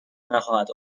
نخواهد